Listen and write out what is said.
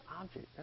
object